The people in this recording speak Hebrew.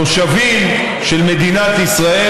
תושבים של מדינת ישראל,